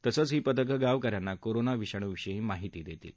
तसंच ही पथक गावकन्यांना कोरोना विषाणूविषयी माहितीही दर्तील